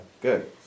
good